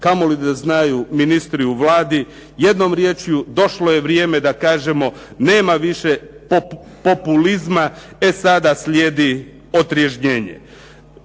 kamoli da znaju ministri u Vladi. Jednom riječju, došlo je vrijeme da kažemo nema više populizma. E sada slijedi otriježnjenje.